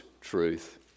truth